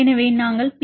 எனவே நாங்கள் பி